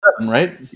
right